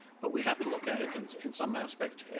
but we have to look at it in some aspect.